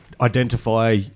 Identify